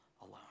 alone